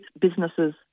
businesses